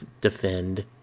defend